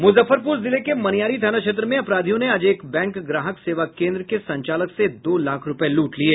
मुजफ्फरपुर जिले के मनियारी थाना क्षेत्र में अपराधियों ने आज एक बैंक ग्राहक सेवा केन्द्र के संचालक से दो लाख रूपये लूट लिये